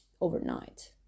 overnight